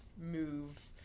move